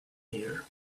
here